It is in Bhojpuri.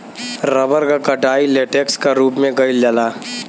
रबर क कटाई लेटेक्स क रूप में कइल जाला